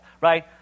right